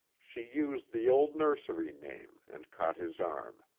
she used the old nursery name, and caught his arm.